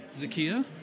Zakia